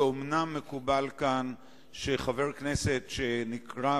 ואומנם מקובל כאן שחבר כנסת שנקרא